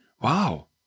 wow